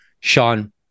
Sean